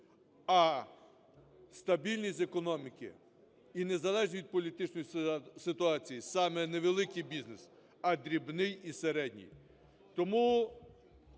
А стабільність економіки і незалежність від політичної ситуації – саме не великий бізнес, а дрібний і середній.